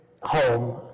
home